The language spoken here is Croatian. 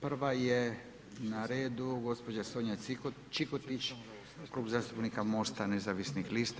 Prva je na redu gospođa Sonja Čikotić, Klub zastupnika MOST-a nezavisnih lista.